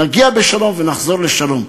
נגיע בשלום ונחזור לשלום.